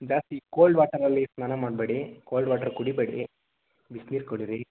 ಜಾಸ್ತಿ ಕೋಲ್ಡ್ ವಾಟರಲ್ಲಿ ಸ್ನಾನ ಮಾಡಬೇಡಿ ಕೋಲ್ಡ್ ವಾಟರ್ ಕುಡಿಬೇಡಿ ಬಿಸ್ನೀರು ಕುಡೀರಿ